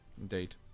indeed